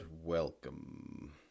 welcome